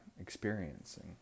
experiencing